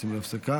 יוצאים להפסקה?